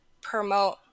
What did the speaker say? promote